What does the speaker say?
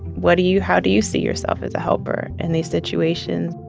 what do you how do you see yourself as a helper in these situations?